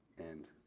and